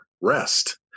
rest